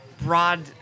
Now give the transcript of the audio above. broad